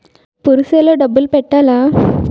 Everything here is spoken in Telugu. పుర్సె లో డబ్బులు పెట్టలా?